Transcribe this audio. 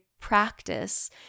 practice